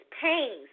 pains